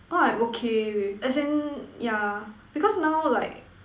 orh I'm okay with as in yeah because now like